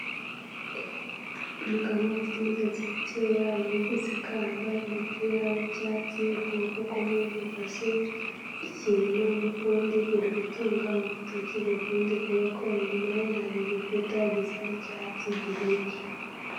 Umugabo ufite umusatsi mukeya uri guseka, yambaye umupira w'icyatsi ukuboko kumwe gufashe ikintu n'ukundi kuri gutunga urutoki ukundi ukuboko, inyuma ye hari igikuta gisa n'icyatsi gihiye.